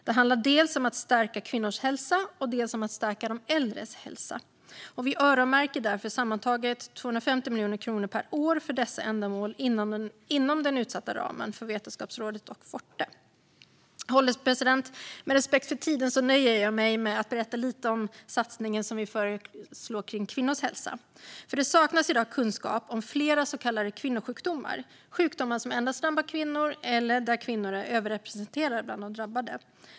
Det handlar dels om att stärka kvinnors hälsa, dels om att stärka de äldres hälsa. Vi öronmärker därför sammantaget 250 miljoner kronor per år för dessa ändamål inom den utsatta ramen för Vetenskapsrådet och Forte. Herr ålderspresident! Med respekt för tiden nöjer jag mig med att berätta lite om den satsning som vi föreslår på kvinnors hälsa. Det saknas i dag kunskap om flera så kallade kvinnosjukdomar - sjukdomar som endast drabbar kvinnor eller där kvinnor är överrepresenterade bland de drabbade.